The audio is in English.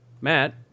matt